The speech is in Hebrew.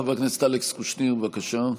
חבר הכנסת אלכס קושניר, בבקשה.